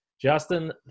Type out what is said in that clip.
Justin